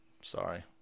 sorry